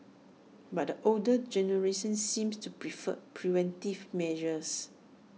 but the older generation seems to prefer preventive measures